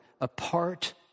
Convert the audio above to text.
apart